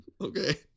Okay